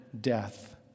death